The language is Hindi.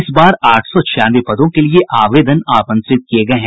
इस बार आठ सौ छियानवे पदों के लिए आवेदन आमंत्रित किये गये हैं